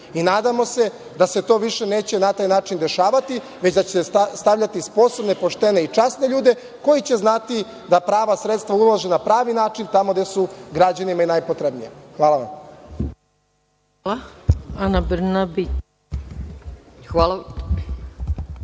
i nadamo se da se to više neće na taj način dešavati, već da će stavljati sposobne, poštene i časne ljude koji će znati da prava sredstva ulažu na prvi način, tamo gde su građanima najpotrebnija. Hvala vam. **Maja